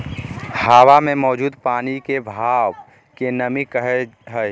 हवा मे मौजूद पानी के भाप के नमी कहय हय